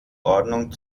ordnung